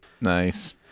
Nice